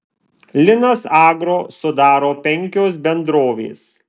linas agro sudaro penkios bendrovės